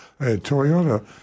Toyota